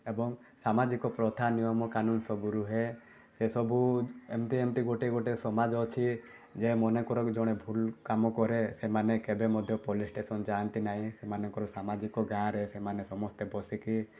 ଏବଂ ସାମାଜିକ ପ୍ରଥା ନିୟମ କାନୂନ ସବୁ ରୁହେ ସେସବୁ ଏମିତି ଏମିତି ଗୋଟେ ଗୋଟେ ସମାଜ ଅଛି ଯେ ମନେକର କିଛି ଭୁଲ୍ କାମ କରେ ସେମାନେ କେବେ ମଧ୍ୟ ପୋଲିସ୍ ଷ୍ଟେସନ୍ ଯାଆନ୍ତି ନାହିଁ ସେମାନଙ୍କର ସାମାଜିକ ଗାଁରେ ସେମାନେ ସମସ୍ତେ ପଶିକି